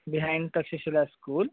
behind Takshashila school